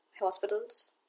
hospitals